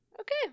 okay